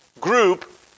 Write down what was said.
group